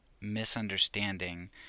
misunderstanding